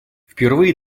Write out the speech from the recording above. впервые